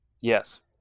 Yes